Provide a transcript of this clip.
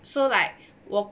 so like 我